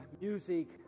music